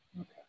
Okay